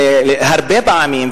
הרבה פעמים,